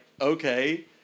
okay